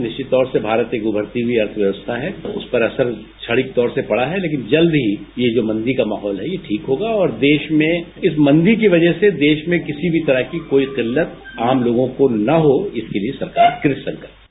निश्चित तौर से भारत एक उभरती हुई अर्थव्यवस्था है उस पर असर क्षणिक तौर से पड़ा है लेकिन जल्द ही यह जो मंदी का माहौल है ठीक होगा और देश में इस मंदी की वजह से देश किसी भी तरह की कोई किल्लत आम लोगों को न हो इसके लिए सरकार कृतसंकल्प है